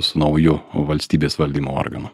su nauju valstybės valdymo organu